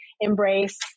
embrace